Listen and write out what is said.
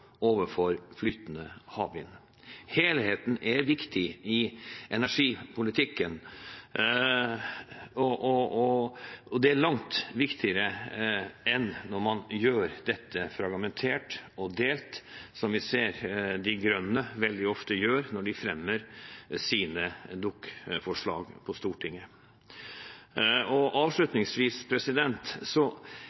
overfor flytende havvind. Helheten er viktig i energipolitikken, og det er langt viktigere enn når man gjør dette fragmentert og delt, som vi ser De Grønne veldig ofte gjør når de fremmer sine Dokument 8-forslag på Stortinget. Avslutningsvis: Det er et paradoks at hver eneste gang De Grønne og